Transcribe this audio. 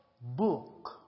book